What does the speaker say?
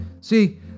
See